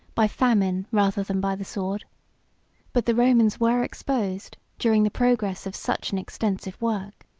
by famine rather than by the sword but the romans were exposed, during the progress of such an extensive work,